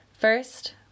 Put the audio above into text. First